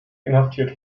inhaftiert